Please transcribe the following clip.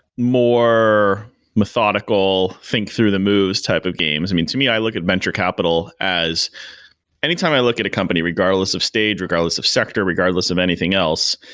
more methodical, think through the moves type of games, i mean, to me, i look at venture capital as anytime i look at a company, regardless of stage, regardless of sector, regardless of anything else,